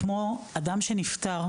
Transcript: אדם שנפטר,